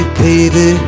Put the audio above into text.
baby